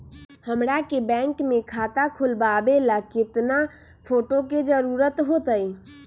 हमरा के बैंक में खाता खोलबाबे ला केतना फोटो के जरूरत होतई?